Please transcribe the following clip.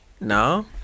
No